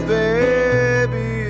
baby